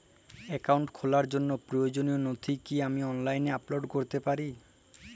Account খোলার জন্য প্রয়োজনীয় নথি কি আমি অনলাইনে আপলোড করতে পারি?